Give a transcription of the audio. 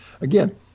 again